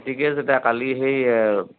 ঠিকে আছে দ্যা কালি সেই এই